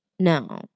No